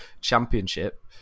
championship